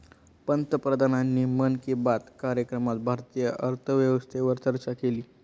पंतप्रधानांनी मन की बात कार्यक्रमात भारतीय अर्थव्यवस्थेवर चर्चा केली